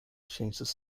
changes